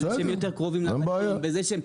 בזה שהם יותר קרובים לבתי הצרכנים.